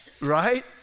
Right